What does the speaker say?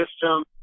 system